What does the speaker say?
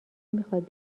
میخواد